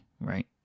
right